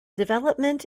development